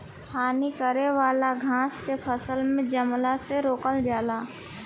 हानि करे वाला घास के फसल में जमला से रोकल जाला